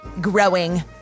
growing